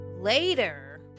Later